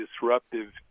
disruptive